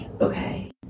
Okay